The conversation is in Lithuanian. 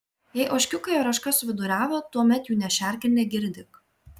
jei ožkiukai ar ožka suviduriavo tuomet jų nešerk ir negirdyk